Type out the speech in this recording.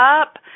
up